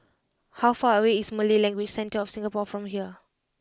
how far away is Malay Language Centre of Singapore from here